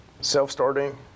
self-starting